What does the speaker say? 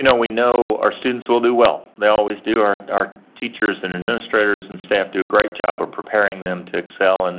we know our students will do well. they always do. our our teachers and administrators and staff do a great job of preparing them to excel, and